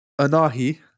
Anahi